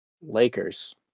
Lakers